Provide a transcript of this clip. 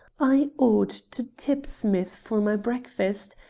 i ought to tip smith for my breakfast.